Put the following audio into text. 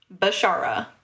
Bashara